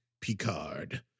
Picard